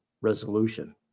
resolution